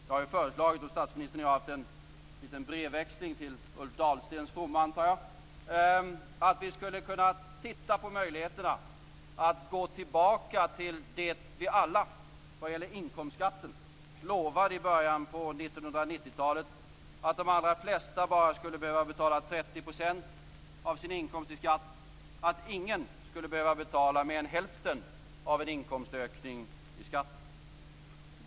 Jag har ju föreslagit - och statsministern och jag har haft en liten brevväxling till Ulf Dahlstens fromma, antar jag - att vi skulle kunna titta på möjligheterna att gå tillbaka till det vi alla vad gäller inkomstskatten lovade i början på 1990-talet, att de allra flesta bara skulle behöva betala 30 % av sin inkomst i skatt, att ingen skulle behöva betala mer än hälften av en inkomstökning i skatt.